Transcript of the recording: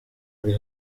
ari